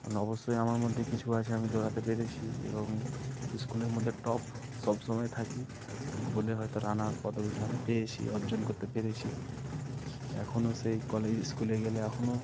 কারণ অবশ্যই আমার মধ্যে কিছু আছে আমি দৌড়াতে পেরেছি এবং স্কুলের মধ্যে টপ সবসময় থাকি বলে হয়তো রানার পদবিটা আমি পেয়েছি অর্জন করতে পেরেছি এখনও সেই কলেজ স্কুলে গেলে এখনও